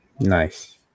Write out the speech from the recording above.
Nice